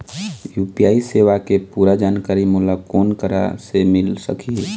UPI सेवा के पूरा जानकारी मोला कोन करा से मिल सकही?